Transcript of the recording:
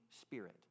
Spirit